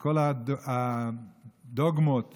וכל הדוגמות